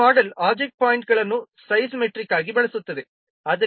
ಈ model object ಪಾಯಿಂಟ್ಗಳನ್ನು size metric ಆಗಿ ಬಳಸುತ್ತದೆ